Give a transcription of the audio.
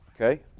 Okay